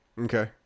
Okay